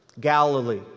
Galilee